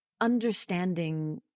understanding